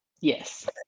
Yes